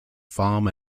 farm